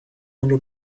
آنرا